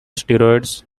steroids